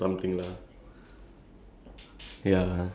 like almost fell that kind of moment then people noticed